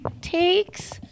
takes